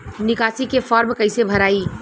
निकासी के फार्म कईसे भराई?